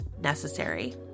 necessary